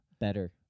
Better